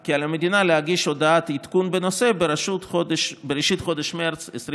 כי על המדינה להגיש הודעת עדכון בנושא בראשית חודש מרץ 2022,